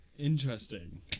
Interesting